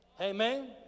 Amen